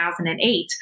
2008